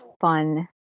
fun